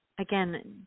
again